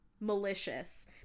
malicious